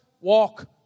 Walk